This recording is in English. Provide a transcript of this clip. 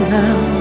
now